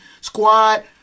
squad